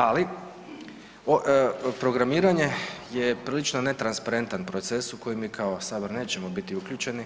Ali programiranje je prilično netransparentan proces u kojem mi kao Sabor nećemo biti uključeni